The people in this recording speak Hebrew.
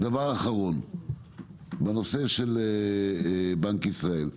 לגבי בנק ישראל,